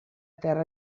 terra